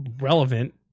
relevant